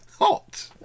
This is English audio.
Hot